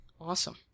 Awesome